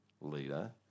leader